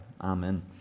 Amen